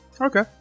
Okay